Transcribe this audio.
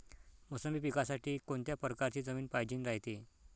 मोसंबी पिकासाठी कोनत्या परकारची जमीन पायजेन रायते?